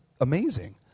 amazing